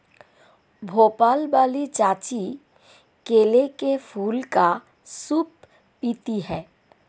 भोपाल वाली चाची केले के फूल का सूप पीती हैं